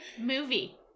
Movie